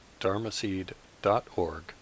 dharmaseed.org